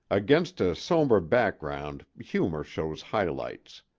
against a sombre background humor shows high lights.